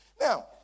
Now